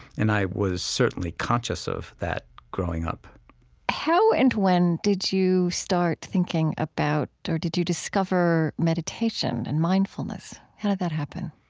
and i was certainly conscious of that growing up how and when did you start thinking about or did you discover meditation and mindfulness? how did that happen?